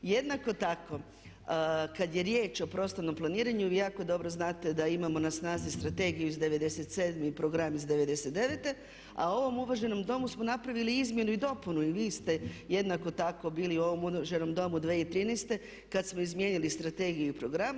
Jednako tako kad je riječ o prostornom planiranju vi jako dobro znate da imamo na snazi strategiju iz '97. i program iz '99. a u ovom uvaženom Domu smo napravili izmjenu i dopunu i vi ste jednako tako bili u ovom uvaženom Domu 2013. kad smo izmijenili strategiju i program.